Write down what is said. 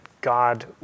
God